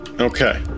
okay